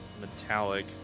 metallic